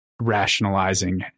rationalizing